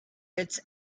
its